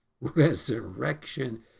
resurrection